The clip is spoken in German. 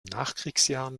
nachkriegsjahren